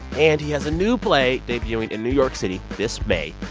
and he has a new play debuting in new york city this may.